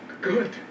good